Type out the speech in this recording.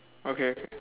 okay okay